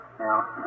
Now